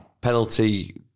penalty